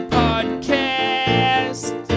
podcast